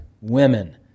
women